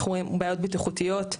אנחנו רואים בעיות בטיחותיות,